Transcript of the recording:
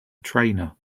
trainer